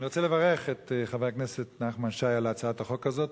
אני רוצה לברך את חבר הכנסת נחמן שי על הצעת החוק הזו,